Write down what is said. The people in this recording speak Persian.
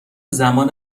زمان